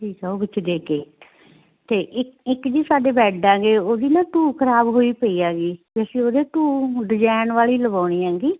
ਠੀਕ ਆ ਉਹ ਵਿੱਚ ਦੇ ਕੇ ਅਤੇ ਇੱਕ ਇੱਕ ਜੀ ਸਾਡੇ ਬੈਡ ਹੈਗੇ ਉਹਦੀ ਨਾ ਢੋਹ ਖ਼ਰਾਬ ਹੋਈ ਪਈ ਹੈਗੀ ਅਸੀਂ ਉਹਦੇ ਤੋਂ ਡਿਜ਼ੈਨ ਵਾਲੀ ਲਵਾਉਣੀ ਹੈਗੀ